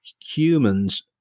humans